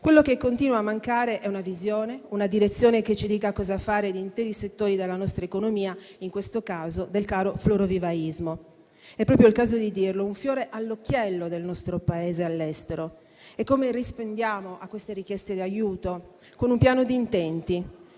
generiche. Continua a mancare una visione, una direzione che ci dica cosa fare di interi settori della nostra economia, in questo caso del caro florovivaismo, che - è proprio il caso di dirlo - è un fiore all'occhiello del nostro Paese all'estero. Rispondiamo a queste richieste di aiuto con un piano d'intenti.